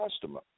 customer